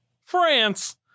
France